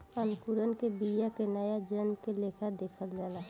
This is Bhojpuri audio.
अंकुरण के बिया के नया जन्म के लेखा देखल जाला